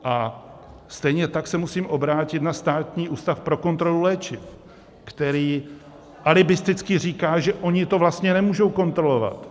A stejně tak se musím obrátit na Státní ústav pro kontrolu léčiv, který alibisticky říká, že oni to vlastně nemůžou kontrolovat.